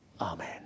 Amen